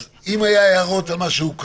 אז אם היו הערות על מה שהוקרא